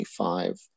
25